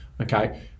okay